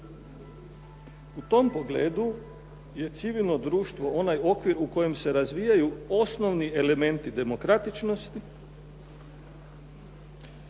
U tom pogledu je civilno društvo onaj okvir u kojem se razvijaju osnovni elementi demokratičnosti